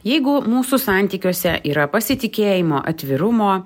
jeigu mūsų santykiuose yra pasitikėjimo atvirumo